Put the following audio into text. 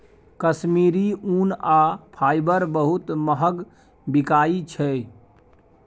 कश्मीरी ऊन आ फाईबर बहुत महग बिकाई छै